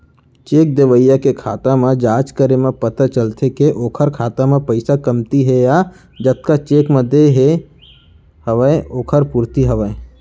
cheque देवइया के खाता म जाँच करे म पता चलथे के ओखर खाता म पइसा कमती हे या जतका चेक म देय के हवय ओखर पूरति हवय